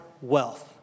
wealth